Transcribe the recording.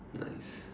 nice